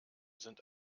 sind